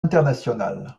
internationale